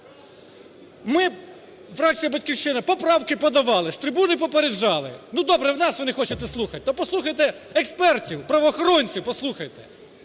Ми, фракція "Батьківщина", поправки подавали, з трибуни попереджали. Ну, добре, нас ви не хочете слухать, то послухайте експертів, правоохоронців послухайте.